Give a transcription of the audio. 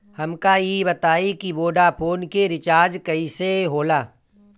हमका ई बताई कि वोडाफोन के रिचार्ज कईसे होला?